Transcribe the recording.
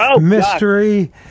Mystery